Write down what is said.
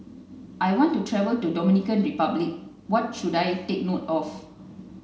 I want to travel to Dominican Republic What should I take note of